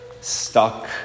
stuck